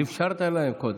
נכון, אפשרת להם קודם.